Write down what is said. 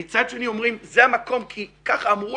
מצד שני אומרים זה המקום כי ככה אמרו